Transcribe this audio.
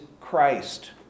Christ